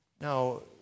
Now